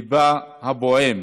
לבה הפועם